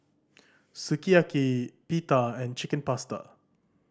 Sukiyaki Pita and Chicken Pasta